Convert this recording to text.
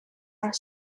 are